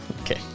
Okay